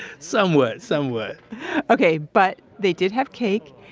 somewhat, somewhat okay, but they did have cake.